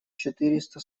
четыреста